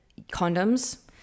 condoms